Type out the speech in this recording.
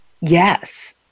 yes